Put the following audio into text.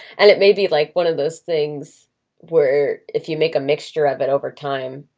and it may be like one of those things where if you make a mixture of it over time,